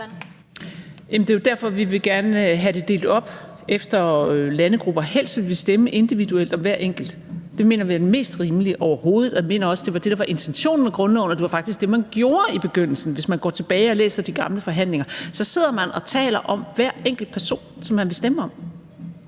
Det er jo derfor, vi gerne vil have det delt op efter landegrupper. Vi vil helst stemme individuelt om hver enkelt. Det mener vi er det mest rimelige overhovedet, og vi mener også, det var det, der var intentionen med grundloven – og det var faktisk det, man gjorde i begyndelsen. Hvis man går tilbage og læser de gamle forhandlinger, kan man se, at man sidder og taler om hver enkelt person, som man vil stemme om.